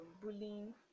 bullying